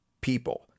people